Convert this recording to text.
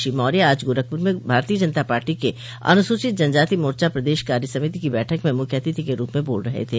श्री मौर्य आज गोरखपुर में भारतीय जनता पार्टी के अनुसूचित जनजाति मोर्चा प्रदेश कार्यसमिति की बैठक में मुख्य अतिथि के रूप में बोल रहे थे